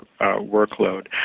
workload